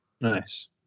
Nice